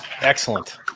Excellent